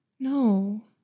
No